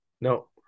No